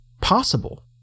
possible